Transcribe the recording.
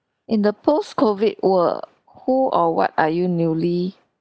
in the post COVID world who or what are you really